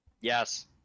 Yes